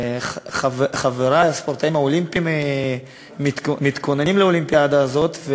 חברי הספורטאים האולימפיים מתכוננים לאולימפיאדה הזאת,